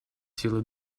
силой